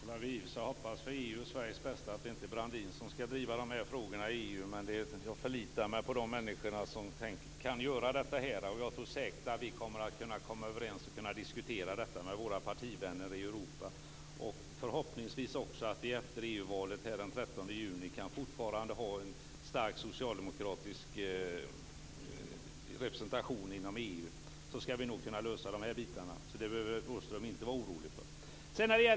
Fru talman! Jag får för EU:s och Sveriges bästa hoppas att det inte är Brandin som skall driva dessa frågor i EU, men jag förlitar mig på de människor som kan göra det. Jag tror säkert att vi kommer att kunna komma överens och diskutera detta med våra partivänner i Europa. Förhoppningsvis har vi fortfarande efter EU-valet den 13 juni en stark socialdemokratisk representation inom EU. Då skall vi nog kunna lösa dessa bitar. Det behöver Rådhström inte vara orolig för.